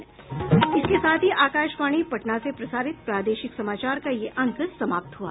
इसके साथ ही आकाशवाणी पटना से प्रसारित प्रादेशिक समाचार का ये अंक समाप्त हुआ